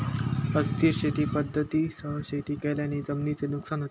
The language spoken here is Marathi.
अस्थिर शेती पद्धतींसह शेती केल्याने जमिनीचे नुकसान होते